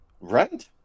Right